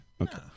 Okay